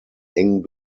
eng